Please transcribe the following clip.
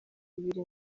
ibiri